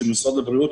של משרד הבריאות,